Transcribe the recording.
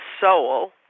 soul